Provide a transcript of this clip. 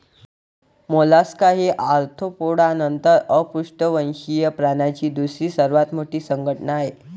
Mollusca ही arthropoda नंतर अपृष्ठवंशीय प्राण्यांची दुसरी सर्वात मोठी संघटना आहे